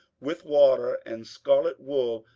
with water, and scarlet wool,